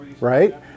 right